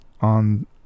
on